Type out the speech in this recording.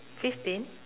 fifteen